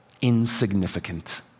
insignificant